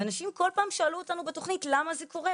ואנשים כל פעם שאלו אותנו בתכנית למה זה קורה,